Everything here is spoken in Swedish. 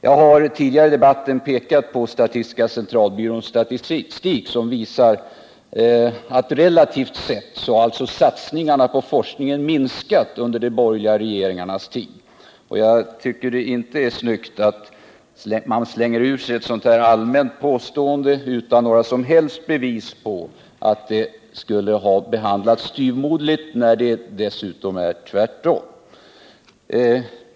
Jag har tidigare i debatten pekat på statistiska centralbyråns statistik, som visar att satsningarna på forskningen har minskat relativt sett under de borgerliga regeringarnas tid. Jag tycker inte att det är snyggt att man utan några som helst bevis slänger ur sig ett sådant här allmänt påstående om att forskningen och forskarutbildningen skulle ha behandlats styvmoderligt. I verkligheten förhåller det sig tvärtom.